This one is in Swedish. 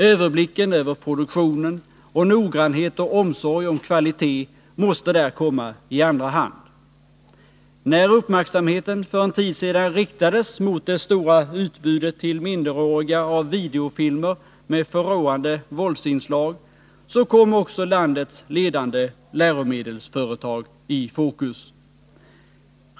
Överblicken över produktionen och noggrannhet och omsorg om kvalitet måste där komma i andra hand. När uppmärksamheten för en tid sedan riktades mot det stora utbudet till minderåriga av videofilmer med förråande våldsinslag, så kom också landets ledande läromedelsföretag i fokus.